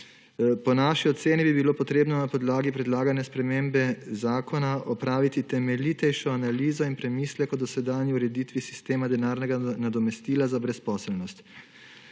Po naši oceni bi bilo potrebno na podlagi predlagane spremembe zakona opraviti temeljitejšo analizo in premislek o dosedanji ureditvi sistema denarnega nadomestila za brezposelnost.